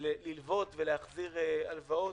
ללוות ולהחזיר הלוואות,